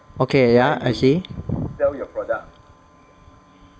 okay ya I see